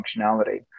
functionality